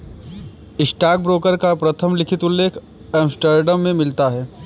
stockbroker का प्रथम लिखित उल्लेख एम्स्टर्डम में मिलता है